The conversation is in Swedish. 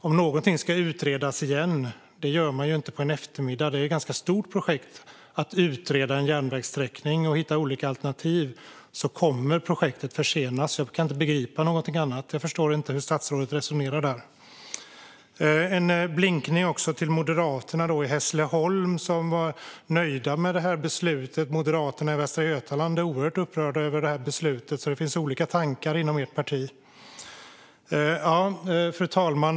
Om någonting nu ska utredas igen görs det inte på en eftermiddag. Det är ett ganska stort projekt att utreda en järnvägssträckning och hitta olika alternativ, så projektet kommer att försenas. Jag kan inte begripa att det kan vara på något annat sätt, och jag förstår inte hur statsrådet resonerar där. En blinkning till Moderaterna i Hässleholm, som var nöjda med beslutet: Moderaterna i Västra Götaland är oerhört upprörda över beslutet. Det finns alltså olika tankar inom ert parti. Fru talman!